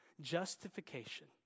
Justification